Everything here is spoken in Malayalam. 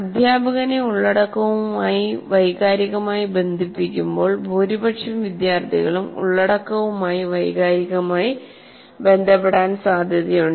അധ്യാപകനെ ഉള്ളടക്കവുമായി വൈകാരികമായി ബന്ധിപ്പിക്കുമ്പോൾ ഭൂരിപക്ഷം വിദ്യാർത്ഥികളും ഉള്ളടക്കവുമായി വൈകാരികമായി ബന്ധപ്പെടാൻ സാധ്യതയുണ്ട്